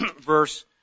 verse